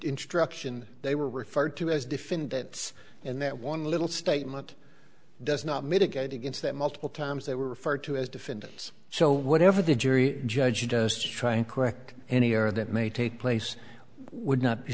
instruction they were referred to as defend that and that one little statement does not mitigate against that multiple times they were referred to as defendants so whatever the jury judge does try and correct any or that may take place would not be